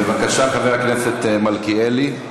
בבקשה, חבר הכנסת מלכיאלי.